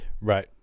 Right